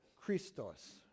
Christos